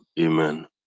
Amen